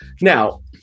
now